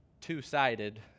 two-sided